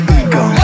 ego